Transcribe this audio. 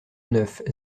neuf